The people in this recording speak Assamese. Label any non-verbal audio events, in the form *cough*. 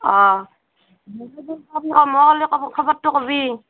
অঁ *unintelligible* মই *unintelligible* খবৰটো ক'বি